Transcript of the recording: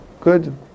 Good